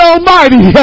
Almighty